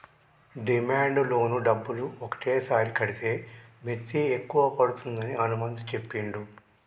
demand loan డబ్బులు ఒకటేసారి కడితే మిత్తి ఎక్కువ పడుతుందని హనుమంతు చెప్పిండు